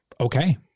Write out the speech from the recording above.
okay